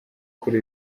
kuri